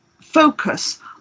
focus